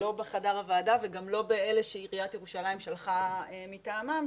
לא בחדר הוועדה וגם לא באלה שעיריית ירושלים שלחה מטעמה,